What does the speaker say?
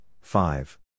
five